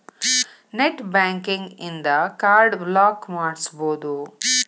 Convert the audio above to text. net banking ಇನ್ದಾ card block ಮಾಡ್ಸ್ಬೊದು